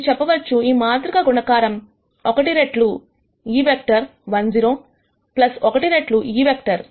మీరు చెప్పవచ్చు ఈ మాతృక గుణకారం ఒకటి రెట్లు ఈ వెక్టర్ 1 0 1 రెట్లు ఈ వెక్టర్